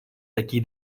такие